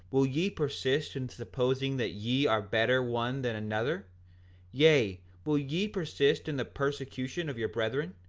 will ye persist in supposing that ye are better one than another yea, will ye persist in the persecution of your brethren,